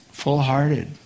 Full-hearted